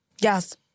Yes